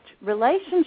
relationship